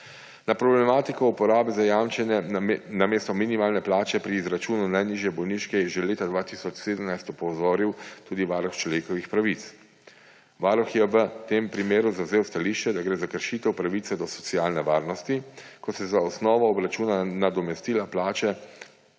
Na problematiko uporabe zajamčene namesto minimalne plače pri izračunu najnižje bolniške je že leta 2017 opozoril tudi Varuh človekovih pravic. Varuh je v tem primeru zavzel stališče, da gre za kršitev pravice do socialne varnosti, ko se za osnovo obračuna nadomestila plače